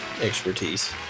expertise